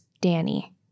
Danny